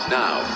now